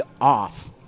off